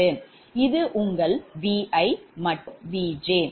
இது உங்கள் 𝑉𝑖 மற்றும் 𝑉𝑗